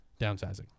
Downsizing